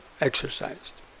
exercised